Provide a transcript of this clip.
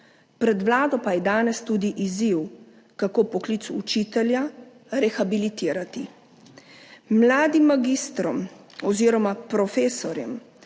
Pred Vlado pa je danes tudi izziv, kako poklic učitelja rehabilitirati. Mladim magistrom oziroma profesorjem